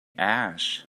ash